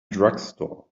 drugstore